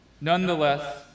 nonetheless